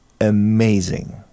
amazing